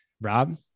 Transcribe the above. Rob